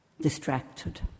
distracted